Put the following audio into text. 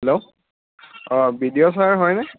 hello অঁ B D O চাৰ হয়নে